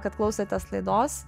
kad klausotės laidos